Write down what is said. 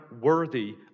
worthy